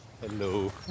Hello